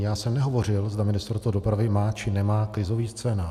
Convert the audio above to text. Já jsem nehovořil, zda Ministerstvo dopravy má či nemá krizový scénář.